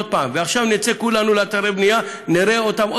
עוד פעם,